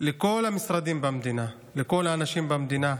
לכל המשרדים במדינה, לכל האנשים במדינה,